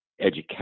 education